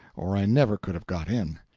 or i never could have got in.